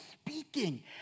speaking